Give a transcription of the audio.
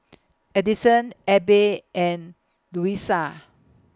Addison Abbey and Louisa